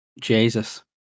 Jesus